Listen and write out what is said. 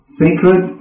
sacred